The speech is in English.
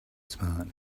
smart